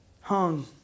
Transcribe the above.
hung